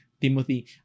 Timothy